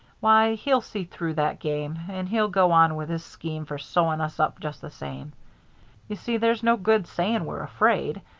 why, he'll see through that game and he'll go on with his scheme for sewing us up just the same you see, there's no good saying we're afraid.